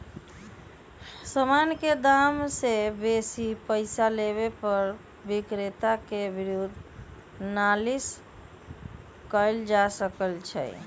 समान के दाम से बेशी पइसा लेबे पर विक्रेता के विरुद्ध नालिश कएल जा सकइ छइ